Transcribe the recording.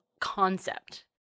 concept